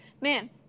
man